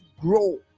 grow